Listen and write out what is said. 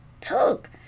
took